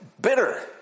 bitter